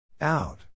Out